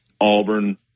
Auburn